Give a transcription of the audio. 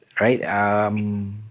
right